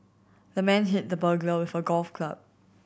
the man hit the burglar with a golf club